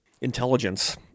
intelligence